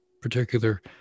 particular